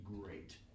great